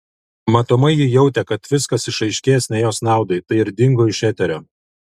matomai ji jautė kad viskas išaiškės ne jos naudai tai ir dingo iš eterio